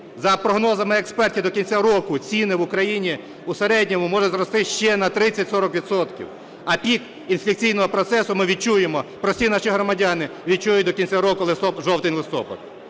За прогнозами експертів, до кінця року ціни в Україні у середньому можуть зрости ще на 30-40 відсотків, а пік інфляційного процесу ми відчуємо, прості наші громадяни відчують до кінця року, жовтень-листопад.